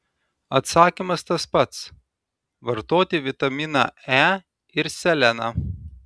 atsakymas tas pats vartoti vitaminą e ir seleną